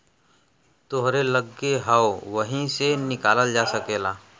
तोहरे लग्गे हौ वही से निकालल जा सकेला